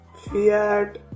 Fiat